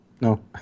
No